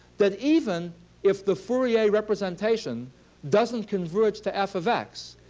that even if the fourier representation doesn't converge to f of x,